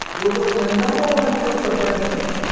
reverse the number one killer of men and women,